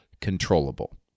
controllable